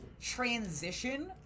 transition